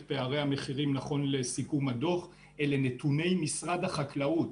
פערי המחירים נכון לסיכום הדוח הם נתוני משרד החקלאות.